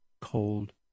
cold